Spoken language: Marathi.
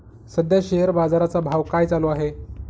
सध्या शेअर बाजारा चा भाव काय चालू आहे?